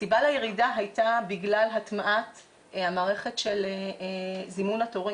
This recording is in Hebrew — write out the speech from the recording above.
הסיבה לירידה הייתה בגלל הטמעת המערכת של זימון התורים.